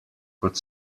kot